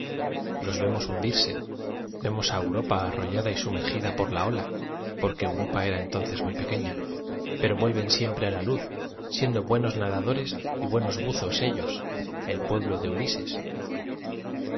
loa vemos hundirse vemos á europa arrollada j sumergida por la ola porque europa era entonces muy pequeña pero vuelven siempre la luz siendo buenos nadadores y buenos buzos ellos el pueblo de uübes